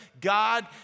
God